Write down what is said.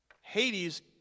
Hades